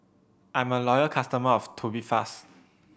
I'm a loyal customer of Tubifast